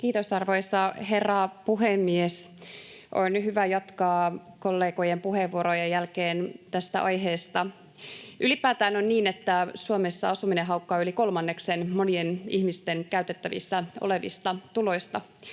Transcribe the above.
Kiitos, arvoisa herra puhemies! On hyvä jatkaa kollegojen puheenvuorojen jälkeen tästä aiheesta. Ylipäätään on niin, että Suomessa asuminen haukkaa yli kolmanneksen monien ihmisten käytettävissä olevista tuloista.